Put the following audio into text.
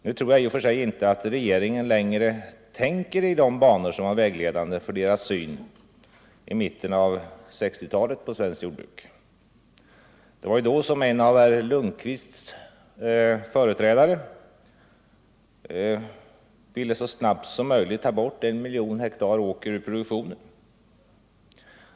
Nu tror jag i och för sig inte att regeringens ledamöter längre tänker i de banor som var vägledande för deras syn vid mitten av 1960-talet på svenskt jordbruk. Det var ju då som en av herr Lundkvists företrädare så snabbt som möjligt ville ta bort en miljon hektar åkermark ur produktionen.